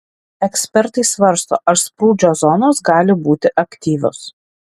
ekspertai svarsto ar sprūdžio zonos gali būti aktyvios